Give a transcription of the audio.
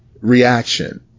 reaction